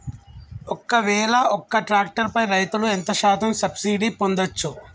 ఒక్కవేల ఒక్క ట్రాక్టర్ పై రైతులు ఎంత శాతం సబ్సిడీ పొందచ్చు?